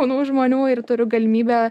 jaunų žmonių ir turiu galimybę